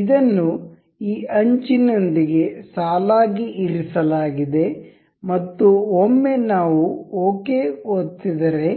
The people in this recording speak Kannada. ಇದನ್ನು ಈ ಅಂಚಿನೊಂದಿಗೆ ಸಾಲಾಗಿ ಇರಿಸಲಾಗಿದೆ ಮತ್ತು ಒಮ್ಮೆ ನಾವು ಓಕೆ ಒತ್ತಿ ದರೆ